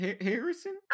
Harrison